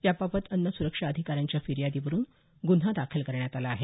याबाबत अन्न सुरक्षा अधिकाऱ्यांच्या फिर्यादीवरून गुन्हा दाखल करण्यात आला आहे